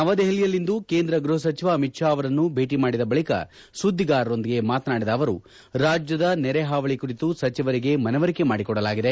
ನವದೆಹಲಿಯಲ್ಲಿಂದು ಕೇಂದ್ರ ಗೃಹ ಸಚಿವ ಅಮಿತ್ ತಾ ಅವರನ್ನು ಭೇಟ ಮಾಡಿದ ಬಳಕ ಸುದ್ದಿಗಾರರೊಂದಿಗೆ ಮಾತನಾಡಿದ ಅವರು ರಾಜ್ಯದ ನೆರೆ ಹಾವಳಿ ಕುರಿತು ಸಚಿವರಿಗೆ ಮನವರಿಕೆ ಮಾಡಿಕೊಡಲಾಗಿದೆ